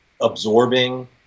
absorbing